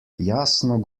jasno